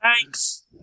Thanks